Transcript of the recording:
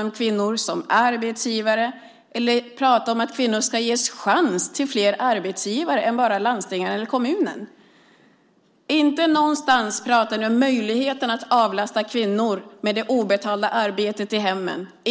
om kvinnor som arbetsgivare eller om att kvinnor ska ges chans till fler arbetsgivare än bara kommuner och landsting. Inte någonstans pratar ni om möjligheten att avlasta kvinnor i det obetalda arbetet i hemmen.